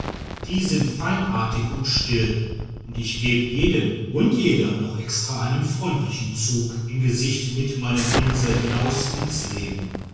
die sind fein artig und still und ich geb jedem und jeder noch extra einen freundlichen zug im gesicht mit meinem pinsel hinaus ins leben